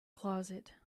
closet